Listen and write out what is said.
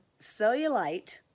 cellulite